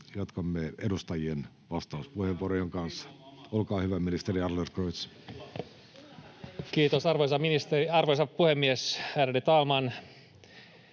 jatkamme edustajien vastauspuheenvuorojen kanssa. — Olkaa hyvä, ministeri Adlercreutz. Kiitos, arvoisa puhemies, ärade talman!